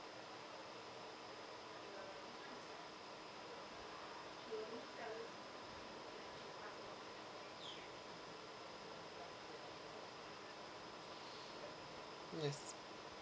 yes